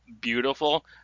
beautiful